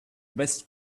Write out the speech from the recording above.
best